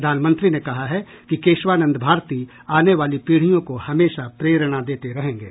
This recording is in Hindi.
प्रधानमंत्री ने कहा है कि केशवानंद भारती आने वाली पीढ़ियों को हमेशा प्रेरणा देते रहेंगे